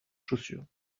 chaussures